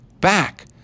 back